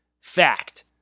fact